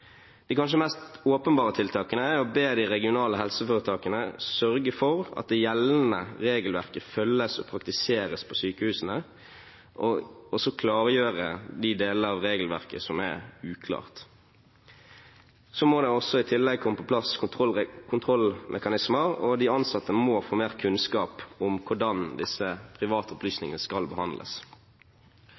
De kanskje mest åpenbare tiltakene er å be de regionale helsetiltakene sørge for at det gjeldende regelverket følges og praktiseres på sykehusene og klargjøre de delene av regelverket som er uklare. Så må det i tillegg komme på plass kontrollmekanismer, og de ansatte må få mer kunnskap om hvordan disse private opplysningene skal behandles.